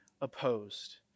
opposed